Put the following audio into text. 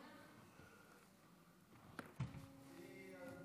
צבי האוזר